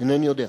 אינני יודע.